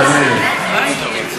תאמיני לי.